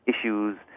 issues